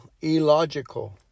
illogical